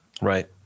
right